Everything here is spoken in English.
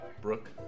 Brooke